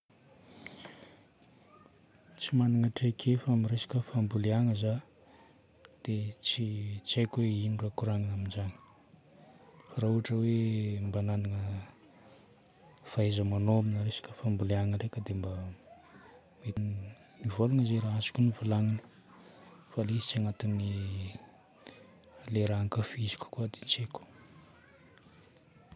Tsy magnana traikefa amin'ny resaka famboliagna za dia tsy, tsy haiko hoe ino raha koragnina amin'izagny. Raha ohatra hoe mba nagnana fahaiza-manao amina resaka famboliagna ndraika dia mba nivôlagna zay raha azoko novolagnina. Fa ilay izay tsy agnatin'ny filière ankafiziko koa dia tsy haiko.